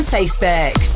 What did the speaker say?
Facebook